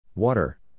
Water